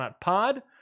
Pod